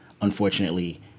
unfortunately